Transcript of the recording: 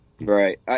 Right